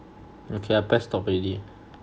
okay I press stop already